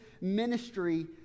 ministry